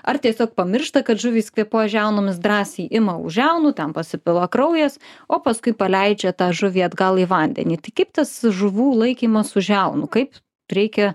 ar tiesiog pamiršta kad žuvys kvėpuoja žiaunomis drąsiai ima už žiaunų ten pasipila kraujas o paskui paleidžia tą žuvį atgal į vandenį tai kaip tas žuvų laikymas už žiaunų kaip reikia